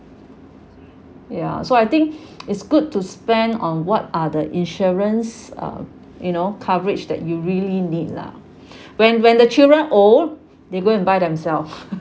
ya so I think it's good to spend on what are the insurance um you know coverage that you really need lah when when the children old they go and buy themselves